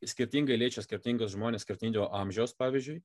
skirtingai liečia skirtingus žmones skirtingo amžiaus pavyzdžiui